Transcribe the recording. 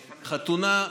שבחתונה,